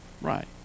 Right